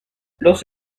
los